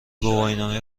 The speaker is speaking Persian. گواهینامه